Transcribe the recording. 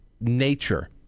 nature